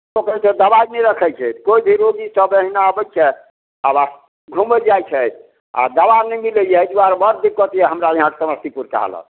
ओकर जे दबाइ नहि रखैत छथि केओ भी रोगी सब एहिना अबैत छै आब आ घुमै जाइत छथि आ दवा नहि मिलैए एहि दुआरे बड़ दिक्कत यऽ हमरा यहाँ समस्तीपुरके हालत